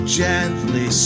gently